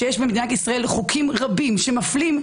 שיש במדינת ישראל חוקים רבים שמפלים,